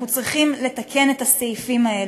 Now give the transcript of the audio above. אנחנו צריכים לתקן את הסעיפים האלו.